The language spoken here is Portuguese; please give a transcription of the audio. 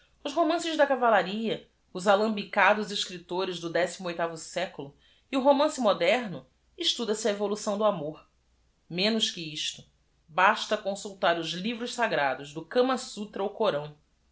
os romances da cavallaria os alambicados escriptores do século e o romance moderno estuda se a evolução do mor enos que isto asta cousultar os l i v r o s sagrados do ama utra ao orão